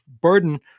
burden